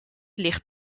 licht